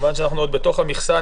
כיוון שאנחנו עוד בתוך המכסה,